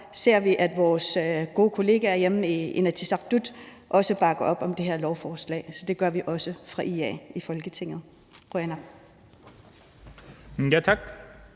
ser vi, at vores gode kollegaer hjemme i Inatsisartut bakker op om det her lovforslag, så det gør vi også fra IA's side i Folketinget. Qujanaq.